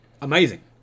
amazing